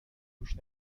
روش